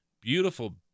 Beautiful